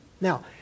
Now